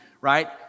right